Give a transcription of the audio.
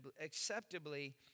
acceptably